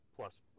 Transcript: Plus